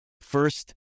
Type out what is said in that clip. First